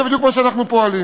זה בדיוק מה שאנחנו פועלים.